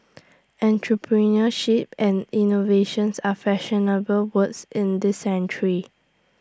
entrepreneurship and innovations are fashionable words in this century